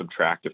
subtractive